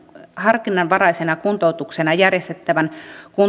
harkinnanvaraisena kuntoutuksena järjestettävän